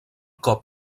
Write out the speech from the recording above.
cop